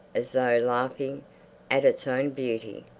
as though laughing at its own beauty,